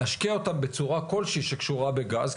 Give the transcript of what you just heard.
לא יהיה נכון להשקיע אותה בצורה כל שהיא שקשורה בגז,